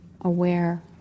aware